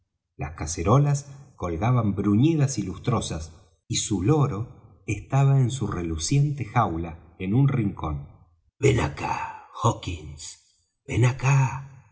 las cacerolas colgaban bruñidas y lustrosas y su loro estaba en su reluciente jaula en un rincón ven acá hawkins ven acá